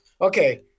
Okay